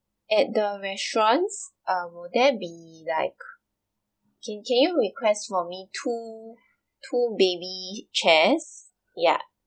at the restaurants uh will there be like can can you request for me two two baby chairs ya